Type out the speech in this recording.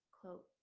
quote